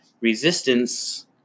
resistance